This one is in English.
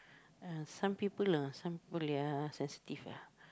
uh some people lah some people they are sensitive ah